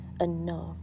enough